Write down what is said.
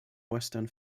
western